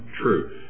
truth